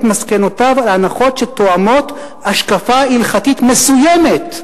מסקנותיו על הנחות שתואמות השקפה הלכתית מסוימת,